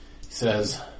says